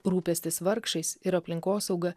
rūpestis vargšais ir aplinkosauga